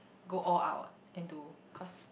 go all out and do cause